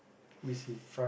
who is he